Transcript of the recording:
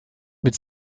mit